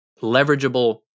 leverageable